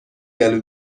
گلو